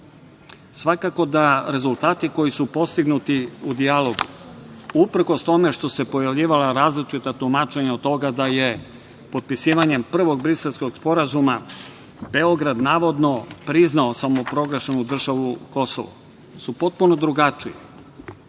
Svakako da rezultati koji su postignuti u dijalogu uprkos tome što su se pojavljivala različita tumačenja od toga da je potpisivanjem prvog Briselskog sporazuma Beograd navodno priznao samoproglašenu državu Kosovo su potpuno drugačiji. Iz